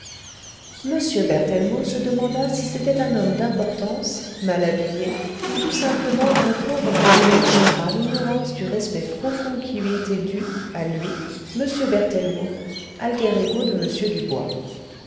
m berthellemot se demanda si c'était un homme d'importance mal habillé ou tout simplement un pauvre hère péchant par l'ignorance du respect profond qui lui était dû a lui m berthellemot alter ego de m dubois